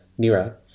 Nira